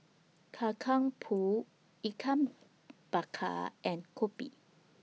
Kacang Pool Ikan Bakar and Kopi